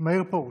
מאיר פרוש,